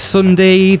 Sunday